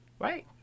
Right